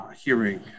hearing